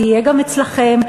זה יהיה גם אצלכם,